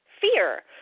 fear